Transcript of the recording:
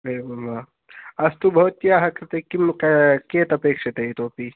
एवं वा अस्तु भवत्याः कृते किं क् कियत् अपेक्षते इतोऽपि